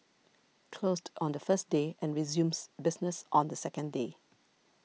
closed on the first day and resumes business on the second day